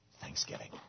Thanksgiving